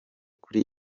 kuri